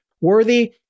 worthy